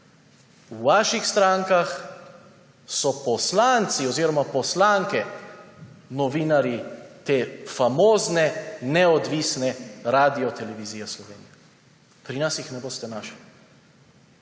V vaših strankah so poslanci oziroma poslanke novinarji te famozne neodvisne Radiotelevizije Slovenija. Pri nas jih ne boste našli,